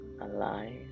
alive